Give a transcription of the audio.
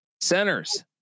centers